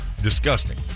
Disgusting